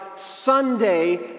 Sunday